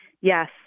Yes